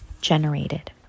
generated